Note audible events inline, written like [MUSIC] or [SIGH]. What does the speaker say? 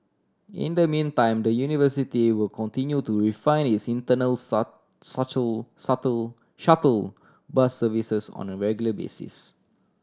in the meantime the university will continue to refine its internal [UNINTELLIGIBLE] shuttle bus services on a regular basis